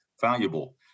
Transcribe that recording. valuable